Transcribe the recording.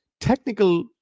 technical